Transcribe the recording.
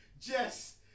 Jess